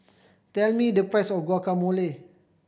tell me the price of Guacamole